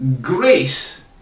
Grace